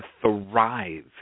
thrive